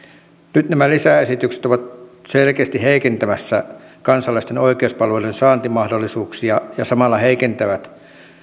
nyt nämä lisäesitykset ovat selkeästi heikentämässä kansalaisten oikeuspalveluiden saantimahdollisuuksia ja samalla heikentävät